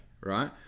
right